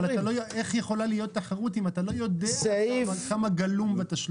אבל איך יכולה להיות תחרות אם אתה לא יודע כמה גלום בתשלום?